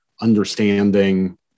understanding